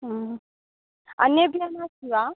अन्येभ्यः नास्ति वा